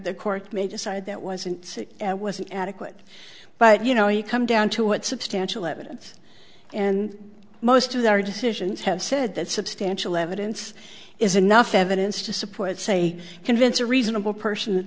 r court may decide that wasn't it wasn't adequate but you know you come down to what substantial evidence and most of our decisions have said that substantial evidence is enough evidence to support say convince a reasonable person that